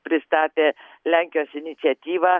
pristatė lenkijos iniciatyvą